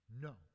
No